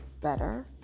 better